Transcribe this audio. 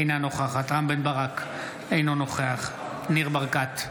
אינה נוכחת רם בן ברק, אינו נוכח ניר ברקת,